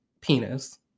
penis